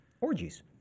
orgies